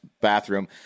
Bathroom